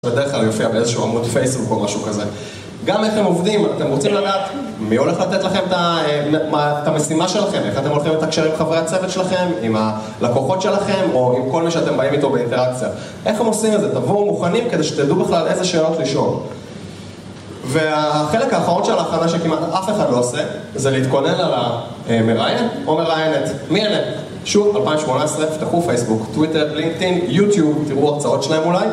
בדרך כלל הוא יופיע באיזשהו עמוד פייסבוק או משהו כזה. גם איך הם עובדים, אתם רוצים לדעת מי הולך לתת לכם את המשימה שלכם, איך אתם הולכים לתקשר עם חברי הצוות שלכם, עם הלקוחות שלכם, או עם כל מי שאתם באים איתו באינטראקציה. איך הם עושים את זה? תבואו מוכנים כדי שתדעו בכלל איזה שאלות לשאול. והחלק האחרון של ההכנה, שכמעט אף אחד לא עושה, זה להתכונן על המראיין או מראיינת - מי אלא? פשוט 2018, פתחו פייסבוק, טוויטר, לינקדאין, יוטיוב, תראו הרצאות שלהם אולי, ...